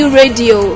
radio